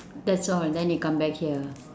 that's all then you come back here